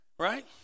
right